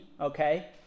okay